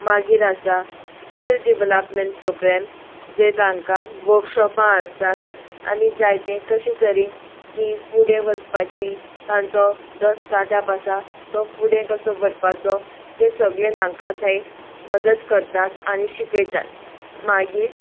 मागीर आसा skill development programme जंय तांकां वर्कशॉपां आसतात आनी जायते कशें तरेन तीं फुडें वचपाची तांचो जो स्टार्टअप आसा तो फुडें कसो व्हरपाचो तें सगळें तांकां थंय मदत करतात आनी शिकयतात मागीर